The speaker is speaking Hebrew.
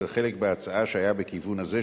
את החלק בהצעה שהיה בכיוון הזה,